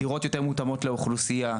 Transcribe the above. דירות יותר מותאמות לאוכלוסיה.